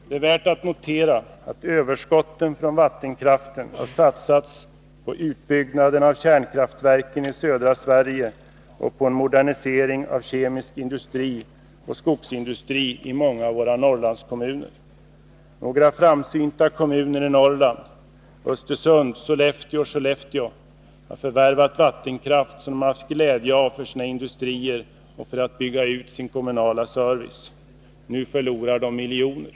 Det är värt att notera att överskotten från vattenkraften har satsats på utbyggnaden av kärnkraftverken i södra Sverige och på en modernisering av kemisk industri och skogsindustri i många av våra Norrlandskommuner. Några framsynta kommuner i Norrland — Östersund, Sollefteå och Skellefteå — har förvärvat vattenkraft, som de har haft glädjeav Nr 53 för sina industrier och för att bygga ut sin kommunala service. Nu förlorar de Torsdagen den miljoner.